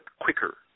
quicker